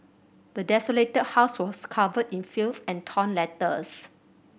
the desolated house was covered in filth and torn letters